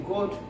God